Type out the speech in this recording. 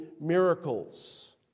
miracles